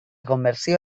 conversió